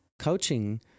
coaching